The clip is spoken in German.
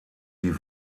die